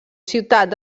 ciutat